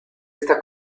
esta